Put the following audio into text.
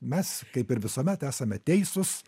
mes kaip ir visuomet esame teisūs